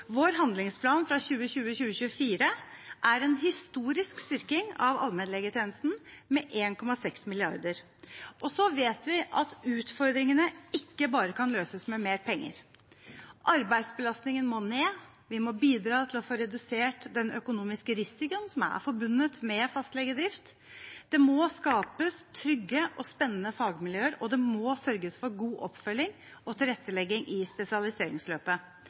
Vår handlingsplan for 2020–2024 er en historisk styrking av allmennlegetjenesten med 1,6 mrd. kr. Så vet vi at utfordringene ikke bare kan løses med mer penger. Arbeidsbelastningen må ned, og vi må bidra til å få redusert den økonomiske risikoen som er forbundet med fastlegedrift. Det må skapes trygge og spennende fagmiljøer, og det må sørges for god oppfølging og tilrettelegging i spesialiseringsløpet.